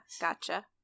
gotcha